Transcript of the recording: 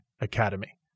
Academy